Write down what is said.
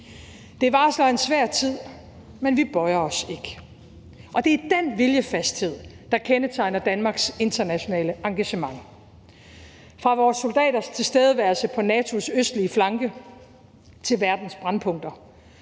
det varsler en svær tid, men vi bøjer os ikke. Og det er den viljefasthed, der kendetegner Danmarks internationale engagement – fra vores soldaters tilstedeværelse på NATO's østlige flanke til verdens brændpunkter;